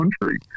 country